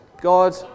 God